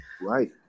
Right